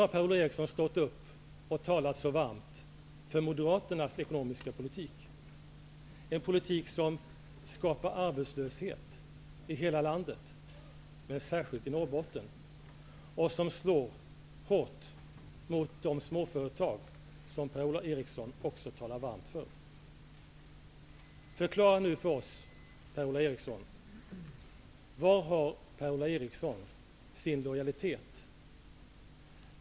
Per-Ola Eriksson har nu så varmt talat för Moderaternas ekonomiska politik. Det är en politik som skapar arbetslöshet i hela landet, men särskilt i Norrbotten, och som slår hårt mot de småföretag som Per-Ola Eriksson också talar varmt för. Var har Per-Ola Eriksson sin lojalitet?